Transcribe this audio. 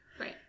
Right